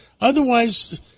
Otherwise